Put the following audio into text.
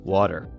water